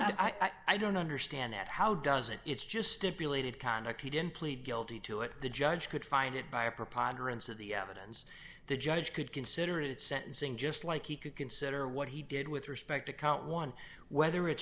how i don't understand it how does it it's just stipulated conduct he didn't plead guilty to it the judge could find it by a preponderance of the evidence the judge could consider it sentencing just like he could consider what he did with respect to count one whether it's